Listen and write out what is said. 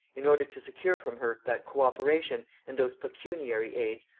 in order to secure from her that co-operation, and those pecuniary aids,